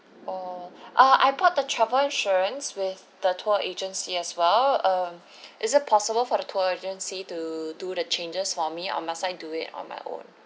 oh uh I bought the travel insurance with the tour agency as well um is it possible for the tour agency to do the changes for me or must I do it on my own